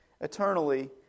eternally